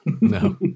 No